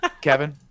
Kevin